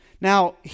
Now